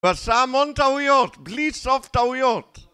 ועשה המון טעויות, בלי סוף טעויות.